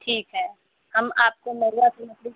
ठीक है हम आपको महुआ की लकड़ी की